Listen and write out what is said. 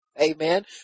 Amen